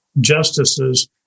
justices